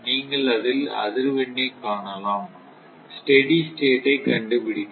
நீங்கள் அதில் அதிர்வெண்ணை காணலாம் ஸ்டெடி ஸ்டேட் ஐ கண்டுபிடிக்கலாம்